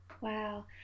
Wow